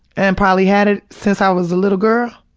and probably had it since i was a little girl.